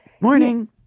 Morning